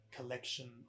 collection